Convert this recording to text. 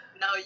no